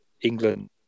England